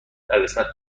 قسمت